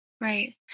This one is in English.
Right